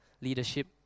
leadership